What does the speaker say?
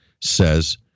says